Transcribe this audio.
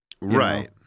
Right